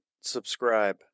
subscribe